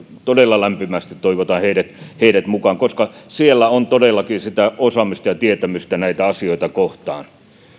todella lämpimästi toivotan heidät heidät mukaan koska siellä on todellakin osaamista ja tietämystä näitä asioita kohtaan